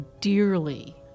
dearly